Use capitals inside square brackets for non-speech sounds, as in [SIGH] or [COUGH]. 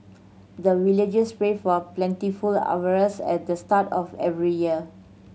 the villagers pray for plentiful [UNINTELLIGIBLE] at the start of every year